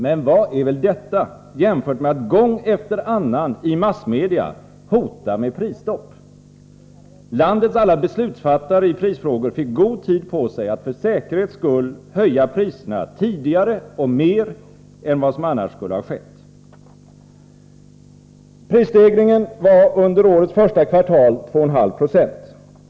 Men vad är väl det jämfört med att gång efter annan i massmedia hota med prisstopp? Landets alla beslutsfattare när det gäller prisfrågor fick god tid på sig att för säkerhets skull höja priserna tidigare och mer än vad som annars skulle ha skett. Prisstegringen var under årets första kvartal 2,5 90.